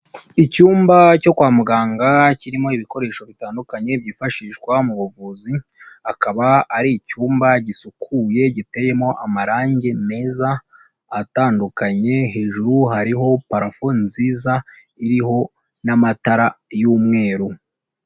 Icyumba cyo kwa muganga kirimo ibikoresho bitandukanye byifashishwa mu buvuzi, akaba ari icyumba gisukuye giteyemo amarangi meza atandukanye, hejuru hariho parafo nziza iriho n'amatara y'umweru.